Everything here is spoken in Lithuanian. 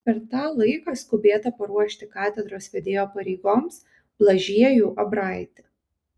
per tą laiką skubėta paruošti katedros vedėjo pareigoms blažiejų abraitį